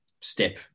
step